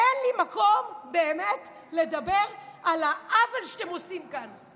אין לי מקום באמת לדבר על העוול שאתם עושים כאן,